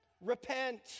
repent